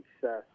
success